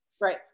right